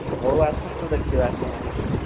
ହଉ ଆସନ୍ତୁ ଦେଖିବା କ'ଣ ହଉଛି